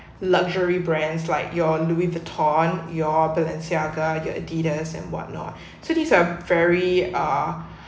luxury brands like Louis Vuitton your Balenciaga your Adidas and what not so these uh very uh